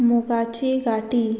मुगाची गाटी